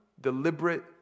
deliberate